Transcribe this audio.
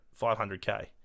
500k